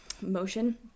motion